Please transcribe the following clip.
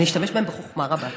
אני אשתמש בהן בחוכמה רבה.